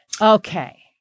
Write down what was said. Okay